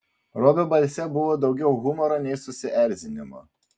robio balse buvo daugiau humoro nei susierzinimo